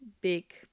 big